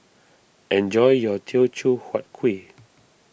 enjoy your Teochew Huat Kuih